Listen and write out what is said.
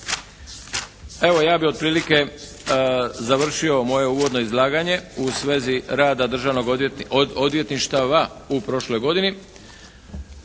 Evo, ja bih otprilike završio moje uvodno izlaganje u svezi rada državnih odvjetništava u prošloj godini.